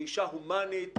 גישה הומנית,